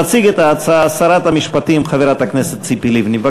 תציג את ההצעה שרת המשפטים, חברת הכנסת ציפי לבני.